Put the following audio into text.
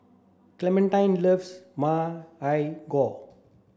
Clementine loves Ma Lai Gao